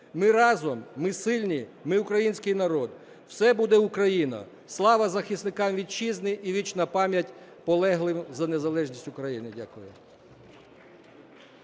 Ми разом! Ми сильні! Ми – український народ! Все буде Україна! Слава захисникам Вітчизни і вічна пам'ять полеглим за незалежність України! Дякую.